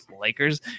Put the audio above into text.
Lakers